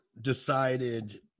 decided